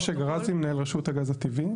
משה גראזי, מנהל רשות הגז הטבעי.